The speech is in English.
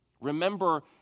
Remember